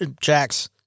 Jax